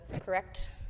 correct